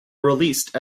released